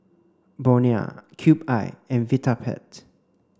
Bonia Cube I and Vitapet